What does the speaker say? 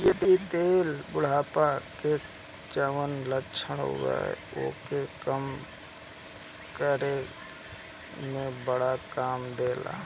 इ तेल बुढ़ापा के जवन लक्षण बा ओके कम करे में बड़ा काम देला